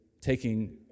taking